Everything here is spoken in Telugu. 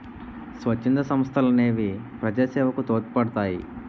స్వచ్ఛంద సంస్థలనేవి ప్రజాసేవకు తోడ్పడతాయి